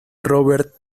robert